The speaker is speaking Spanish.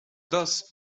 dos